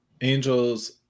angels